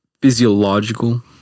physiological